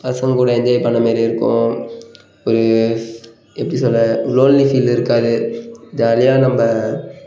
பசங்கள் கூட என்ஜாய் பண்ணிண மாதிரியும் இருக்கும் ஒரு எப்படி சொல்ல லோன்லி ஃபீல் இருக்காது ஜாலியாக நம்ப